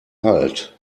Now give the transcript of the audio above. halt